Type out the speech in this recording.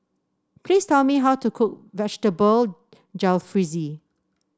please tell me how to cook Vegetable Jalfrezi